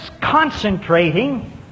concentrating